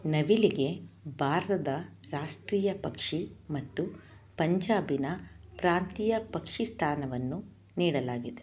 ನವಿಲಿಗೆ ಭಾರತದ ರಾಷ್ಟ್ರೀಯ ಪಕ್ಷಿ ಮತ್ತು ಪಂಜಾಬಿನ ಪ್ರಾಂತೀಯ ಪಕ್ಷಿ ಸ್ಥಾನವನ್ನು ನೀಡಲಾಗಿದೆ